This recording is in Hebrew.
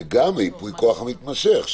וגם הייפוי כוח המתמשך,